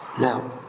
now